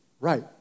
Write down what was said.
right